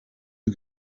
you